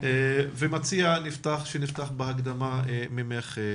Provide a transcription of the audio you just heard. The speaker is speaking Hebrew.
אני מציע לפתוח בהקדמה של מנכ"לית ארגון בטרם,